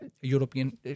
european